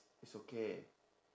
it's okay